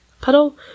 Puddle